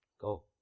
Go